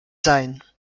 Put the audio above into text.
sein